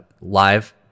live